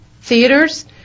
theaters